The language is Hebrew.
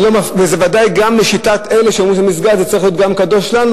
אבל ודאי גם לשיטת אלה שאומרים שזה מסגד זה צריך להיות גם קדוש לנו,